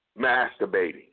masturbating